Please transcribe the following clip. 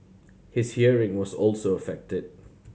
his hearing was also affected